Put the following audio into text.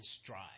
stride